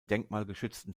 denkmalgeschützten